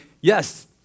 yes